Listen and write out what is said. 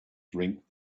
drink